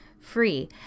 free